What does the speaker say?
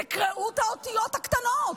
תקראו את האותיות הקטנות.